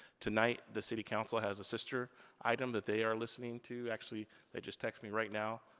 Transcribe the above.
tonight, the city council has a sister item that they are listening to, actually they just texted me right now,